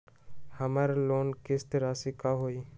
हमर लोन किस्त राशि का हई?